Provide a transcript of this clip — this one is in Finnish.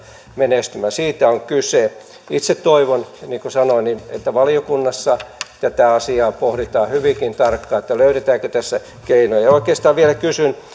menestymään siitä on kyse itse toivon niin kuin sanoin että valiokunnassa tätä asiaa pohditaan hyvinkin tarkkaan löydetäänkö tässä keinoja oikeastaan kysyn vielä